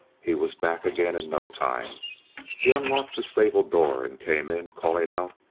he was back again in no time he unlocked the stable door, and came in, calling out,